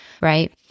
right